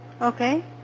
Okay